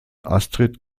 astrid